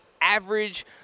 average